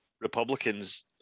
Republicans